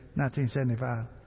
1975